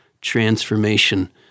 transformation